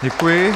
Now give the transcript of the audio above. Děkuji.